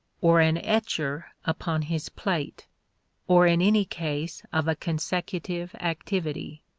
or an etcher upon his plate or in any case of a consecutive activity.